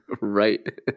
right